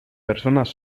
personas